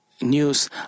news